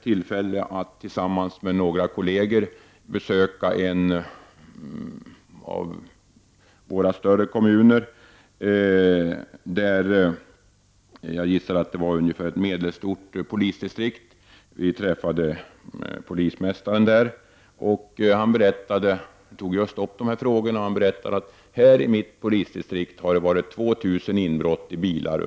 Tillsammans med några kolleger hade jag tillfälle att besöka en av våra större kommuner som utgör ett medelstort polisdistrikt. Vi träffade polismästaren och han berättade att det under ett år i detta distrikt begåtts 2 000 inbrott i bilar.